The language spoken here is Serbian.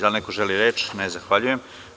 Da li neko želi reč? (Ne) Zahvaljujem.